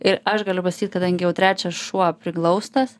ir aš galiu pasakyt kadangi jau trečias šuo priglaustas